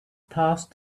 passed